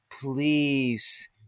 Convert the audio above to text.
please